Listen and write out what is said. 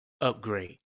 Upgrade